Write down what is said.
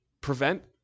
prevent